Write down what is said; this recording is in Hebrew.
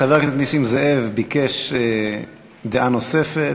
חבר הכנסת נסים זאב ביקש דעה נוספת,